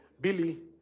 Billy